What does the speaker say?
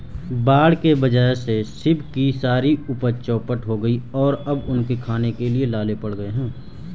बाढ़ के वजह से शिव की सारी उपज चौपट हो गई और अब उनके खाने के भी लाले पड़ गए हैं